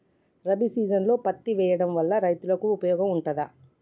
రబీ సీజన్లో పత్తి వేయడం వల్ల రైతులకు ఉపయోగం ఉంటదా?